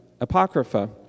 Apocrypha